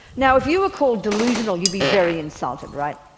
now if you were called delusional you'd be very insulted right?